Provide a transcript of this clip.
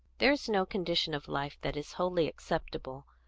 there is no condition of life that is wholly acceptable,